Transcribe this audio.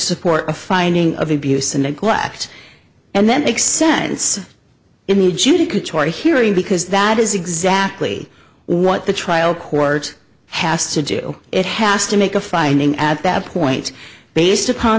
support a finding of abuse and neglect and then make sense in the judicature hearing because that is exactly what the trial court has to do it has to make a finding at that point based upon